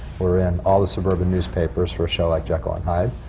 we're in all the suburban newspapers for a show like jekyll and hyde.